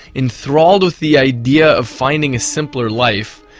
enthralled with the idea of finding a simpler life,